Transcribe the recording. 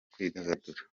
kwidagadura